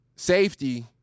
Safety